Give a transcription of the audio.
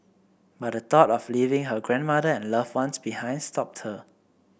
but the thought of leaving her grandmother and loved ones behind stopped her